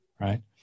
right